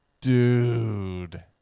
Dude